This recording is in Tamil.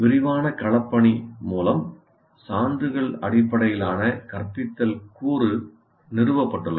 விரிவான களப்பணி மூலம் சான்றுகள் அடிப்படையிலான கற்பித்தல் கூறு நிறுவப்பட்டுள்ளது